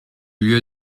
lieu